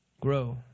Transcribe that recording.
Grow